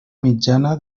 mitjana